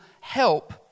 help